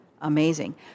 amazing